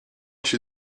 się